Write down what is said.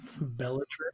Bellatrix